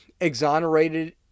Exonerated